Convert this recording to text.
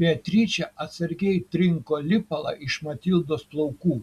beatričė atsargiai trinko lipalą iš matildos plaukų